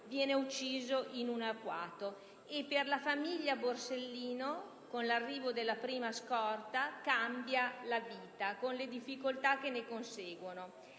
viene ucciso in un agguato. Per la famiglia Borsellino, con l'arrivo della prima scorta, cambia la vita, con le difficoltà che ne conseguono.